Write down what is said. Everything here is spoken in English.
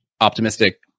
optimistic